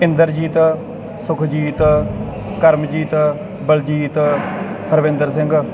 Inderjit Sukhjit Karamjit Baljit Harvinder Singh